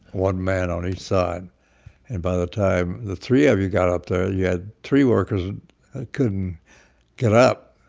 one man on each side. and by the time the three of you got up there, you had three workers who couldn't get up